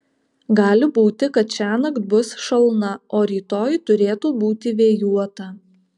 gali būti kad šiąnakt bus šalna o rytoj turėtų būti vėjuota